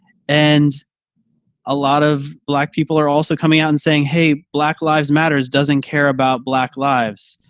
and a lot of black people are also coming out and saying, hey, black lives matters doesn't care about black lives.